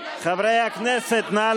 (חבר הכנסת איימן